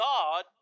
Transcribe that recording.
God